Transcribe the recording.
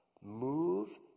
Move